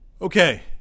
Okay